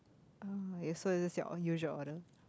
yes so is this your on usual order